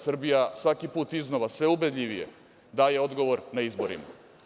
Srbija svaki put iznova sve ubedljivije daje odgovor na izborima.